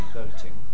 voting